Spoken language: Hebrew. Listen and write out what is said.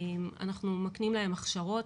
אנחנו מקנים להם הכשרות.